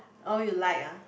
all you like ah